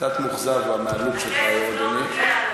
קצת מאוכזב מהלוק שלך היום, אדוני.